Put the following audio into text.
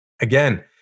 again